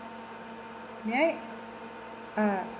may I ah